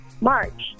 March